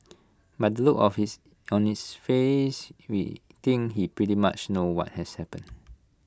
by the look of his on its face we think he pretty much know what had happened